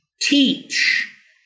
teach